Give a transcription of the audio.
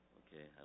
okay